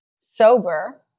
sober